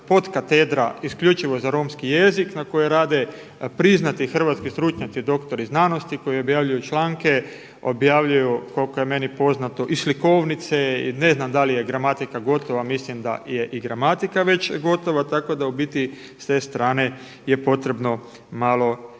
podkatedra isključivo za romski jezik na kojem rade priznati hrvatski stručnjaci doktori znanosti koji objavljuju članke, objavljuju koliko je meni poznato i slikovnice i ne znam da li je gramatika gotova, mislim da je i gramatika već gotova, tako da u biti s te strane je potrebno malo